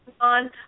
on